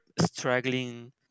struggling